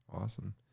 Awesome